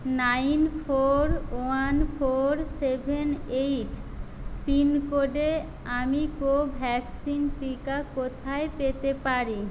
nine four one four seven eight পিনকোডে আমি Covaxin টিকা কোথায় পেতে পারি